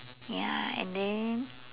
ya and then